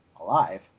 alive